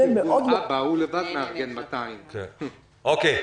הוא לבד מארגן 200. אוקיי.